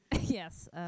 Yes